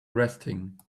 resting